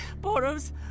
borrows